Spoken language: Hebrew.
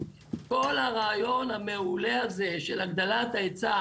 כל הרעיון המעולה הזה של הגדלת ההיצע